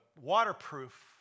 waterproof